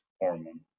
hormone